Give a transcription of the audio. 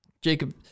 Jacob